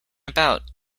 about